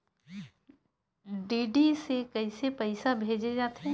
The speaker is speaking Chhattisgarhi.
डी.डी से कइसे पईसा भेजे जाथे?